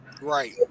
right